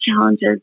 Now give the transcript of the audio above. challenges